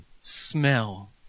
smell